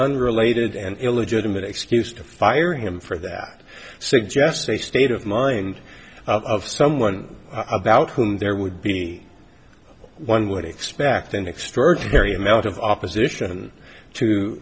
unrelated and illegitimate excuse to fire him for that suggests a state of mind of someone about whom there would be one would expect an extraordinary amount of opposition to